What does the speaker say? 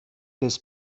des